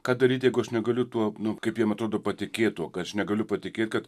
ką daryt jeigu aš negaliu tuo nu kaip jiem atrodo patikėt tuo kad aš negaliu patikėt kad